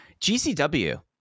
GCW